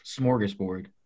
Smorgasbord